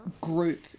group